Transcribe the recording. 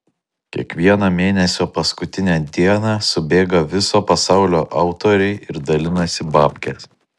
kiekvieno mėnesio paskutinę dieną subėga viso pasaulio autoriai ir dalinasi babkes